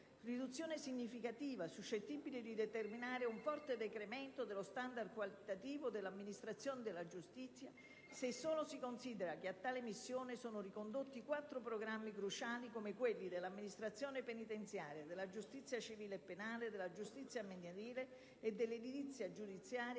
riduzione significativa suscettibile di determinare un forte decremento dello standard qualitativo dell'amministrazione della giustizia, se solo si considera che a tale missione sono ricondotti quattro programmi cruciali, come quelli dell'amministrazione penitenziaria, della giustizia civile e penale, della giustizia minorile e dell'edilizia giudiziaria